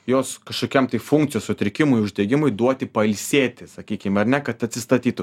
jos kažkokiam tai funkcijos sutrikimui uždegimui duoti pailsėti sakykim ar ne kad atsistatytų